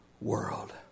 world